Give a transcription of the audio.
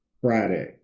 Friday